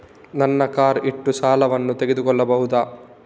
ನನ್ನ ಕಾರ್ ಇಟ್ಟು ಸಾಲವನ್ನು ತಗೋಳ್ಬಹುದಾ?